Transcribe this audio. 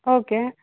okay